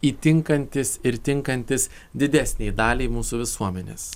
įtinkantyžis ir tinkantis didesnei daliai mūsų visuomenės